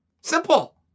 Simple